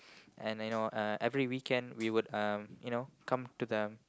and you know uh every weekend we would um you know come to the